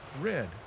red